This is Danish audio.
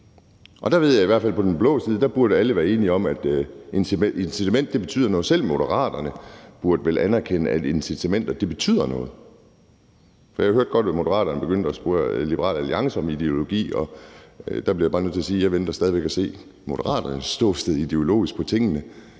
Der ved jeg, at i hvert fald på den blå side burde alle være enige om, at incitamenter betyder noget. Selv Moderaterne burde vel anerkende, at incitamenter betyder noget. Jeg hørte godt Moderaterne begynde at spørge Liberal Alliance om ideologi, og der bliver jeg bare nødt til at sige, at jeg stadig væk venter på at se Moderaternes ståsted ideologisk i